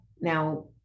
Now